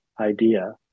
idea